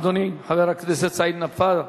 אדוני, חבר הכנסת סעיד נפאע,